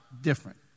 different